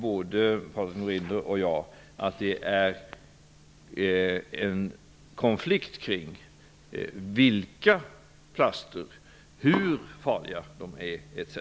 Både Patrik Norinder och jag vet att det är en konflikt kring vilka plaster som skall omfattas, hur farliga de är etc.